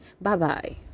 Bye-bye